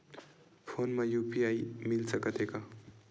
Phone मा UPI मिल सकत हे का?